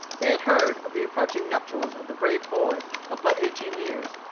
they had heard of the approaching nuptials of the brave boy of but eighteen years,